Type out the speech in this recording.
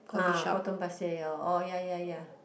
uh Potong-Pasir oh ya ya ya